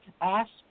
ask